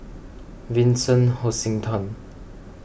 Vincent Hoisington